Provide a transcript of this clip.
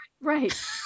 Right